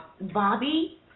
Bobby